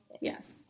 yes